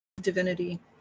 divinity